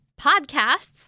podcasts